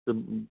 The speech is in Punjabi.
ਅਤੇ